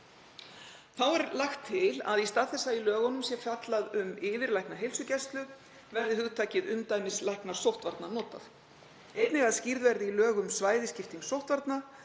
Þá er lagt til að í stað þess að í lögunum sé fjallað um yfirlækna heilsugæslu verði hugtakið umdæmislæknar sóttvarna notað. Einnig að skýrð verði í lögum svæðisskipting sóttvarna.